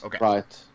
right